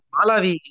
Malawi